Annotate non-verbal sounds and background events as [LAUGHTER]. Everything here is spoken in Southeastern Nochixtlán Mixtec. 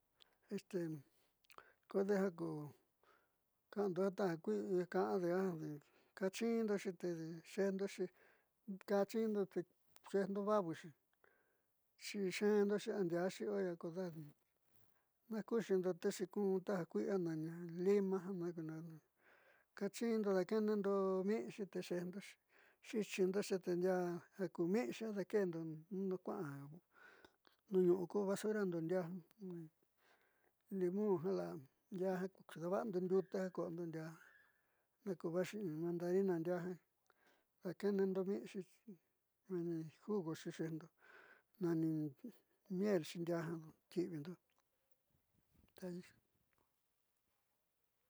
Esten kodejan kuu kandoa ta kuii hí kande andii kachindo xhité chendo kachindo xhindo nguagui xhii, xhi chendo xhian yiaxhi kuan ku dadi nakuxhinro texhikunda kuianani limá jan kunan kachindo lakenendo nii yuté chendoxe chichindote chen ña k [HESITATION] ixhi ndakendon, nono kuan nuñoko basuran do'o nrian ni limón jada nda ku kavando dita kunandia nakuvaxhi mandarina nruajan aneño mixhi meni jugo xhi chendo nani miel xhi nriajan kivii nró taixhin.